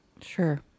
Sure